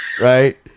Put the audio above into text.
Right